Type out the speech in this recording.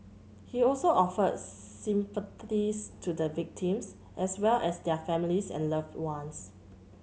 he also offered sympathies to the victims as well as their families and loved ones